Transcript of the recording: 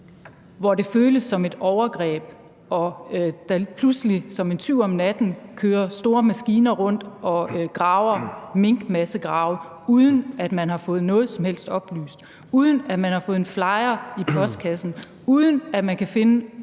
hvor det føles som et overgreb og der pludselig som en tyv om natten kører store maskiner rundt og graver minkmassegrave, uden at man har fået noget som helst oplyst, uden at man har fået en flyer i postkassen, uden at man kan finde